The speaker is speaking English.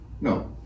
no